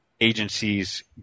agencies